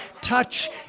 touch